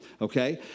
Okay